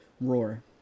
Roar